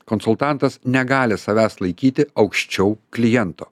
konsultantas negali savęs laikyti aukščiau kliento